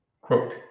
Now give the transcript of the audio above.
Quote